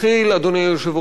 אדוני היושב-ראש,